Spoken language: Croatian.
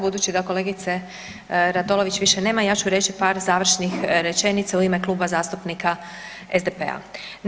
Budući da kolegice Radolović više nema ja ću reći par završnih rečenica u ime Kluba zastupnika SDP-a.